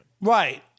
Right